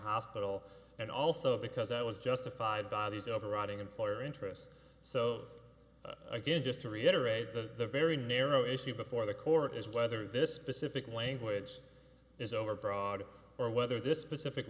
hospital and also because it was justified by these overriding employer interests so again just to reiterate the very narrow issue before the court is whether this specific language is overbroad or whether this specific